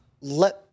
let